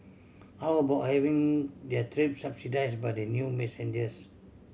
how about having their trip subsidise by the new passenger